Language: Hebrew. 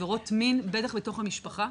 עבירות מין בטח בתוך המשפחה.